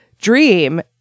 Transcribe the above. dream